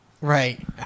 Right